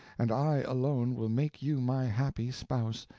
and i alone will make you my happy spouse,